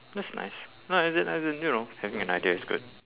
that's nice no as in as in you know having an idea is good